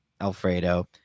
Alfredo